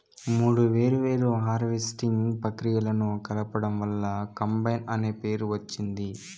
మూడు వేర్వేరు హార్వెస్టింగ్ ప్రక్రియలను కలపడం వల్ల కంబైన్ అనే పేరు వచ్చింది